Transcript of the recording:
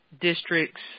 districts